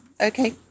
okay